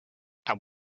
and